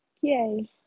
Yay